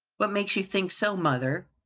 what makes you think so, mother?